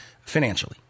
financially